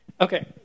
Okay